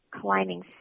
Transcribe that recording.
climbing